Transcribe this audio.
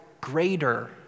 greater